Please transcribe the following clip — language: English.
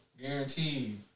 Guaranteed